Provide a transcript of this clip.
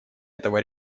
этого